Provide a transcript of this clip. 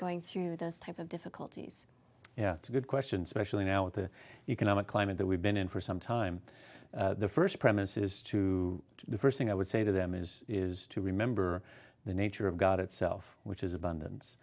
going through those type of difficulties yeah it's a good question specially now with the economic climate that we've been in for some time the first premise is to the first thing i would say to them is is to remember the nature of god itself which is abundance